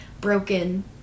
broken